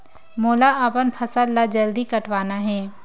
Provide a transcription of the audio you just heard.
मोला अपन फसल ला जल्दी कटवाना हे?